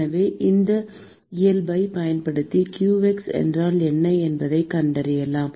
எனவே அந்த சொத்தை பயன்படுத்தி qx என்றால் என்ன என்பதைக் கண்டறியலாம்